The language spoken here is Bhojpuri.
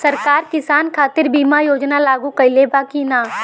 सरकार किसान खातिर बीमा योजना लागू कईले बा की ना?